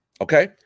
Okay